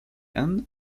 ann